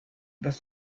this